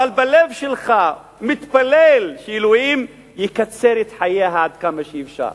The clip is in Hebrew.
אבל בלב שלך מתפלל שאלוהים יקצר את חייה עד כמה שאפשר.